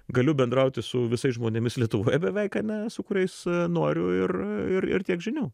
galiu bendrauti su visais žmonėmis lietuvoje beveik ane su kuriais noriu ir ir ir tiek žinių